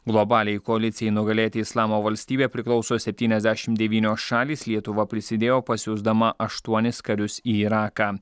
globaliai koalicijai nugalėti islamo valstybę priklauso septyniasdešimt devynios šalys lietuva prisidėjo pasiųsdama aštuonis karius į iraką